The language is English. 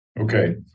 Okay